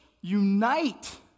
unite